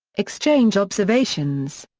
exchange observations.